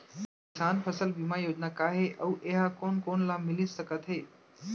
किसान फसल बीमा योजना का हे अऊ ए हा कोन कोन ला मिलिस सकत हे?